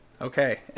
Okay